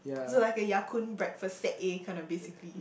so like a Ya-Kun breakfast set A kind of basically